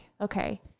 okay